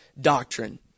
doctrine